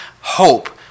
hope